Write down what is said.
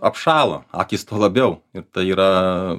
apšalo akys tuo labiau ir tai yra